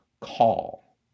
call